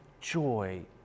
joy